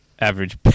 Average